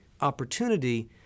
opportunity